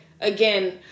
again